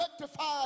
rectified